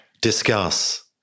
Discuss